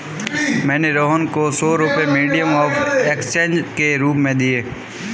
मैंने रोहन को सौ रुपए मीडियम ऑफ़ एक्सचेंज के रूप में दिए